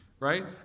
Right